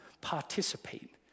participate